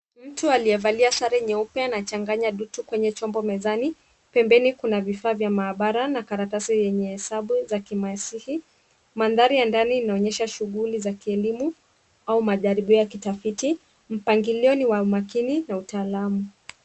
Mtu aliyevalia sare nyeupe anachanganya vitu kwenye chombo mezani. Pembeni kuna vifaa vya maabara na karatasi yenye hesabu za kimasihi. Mandhari ya ndani inaonyesha shughuli za kielimu au majaribio ya kitafiti. Mpangilio ni wa umakini na utaalamu.